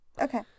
Okay